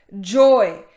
joy